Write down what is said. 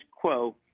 quo